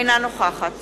אינה נוכחת